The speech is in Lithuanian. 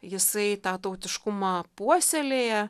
jisai tą tautiškumą puoselėja